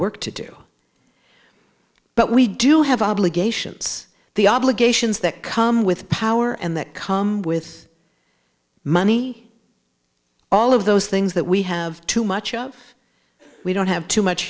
work to do but we do have obligations the obligations that come with power and that come with money all of those things that we have too much of we don't have too much